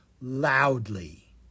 loudly